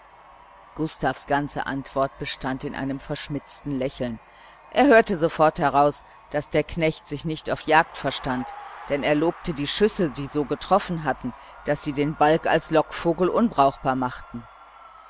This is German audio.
gustavs ganze antwort bestand in einem verschmitzten lächeln er hörte sofort heraus daß der knecht sich nicht auf jagd verstand denn er lobte die schüsse die so getroffen hatten daß sie den balg als lockvogel unbrauchbar machten